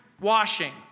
washing